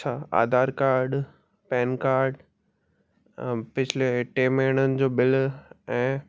अछा Aadhaar card PAN card पिछ्ले टे महीननि जो बिल ऐं